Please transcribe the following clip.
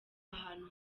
ahantu